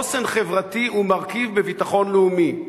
חוסן חברתי הוא מרכיב בביטחון לאומי.